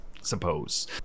suppose